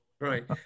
right